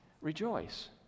rejoice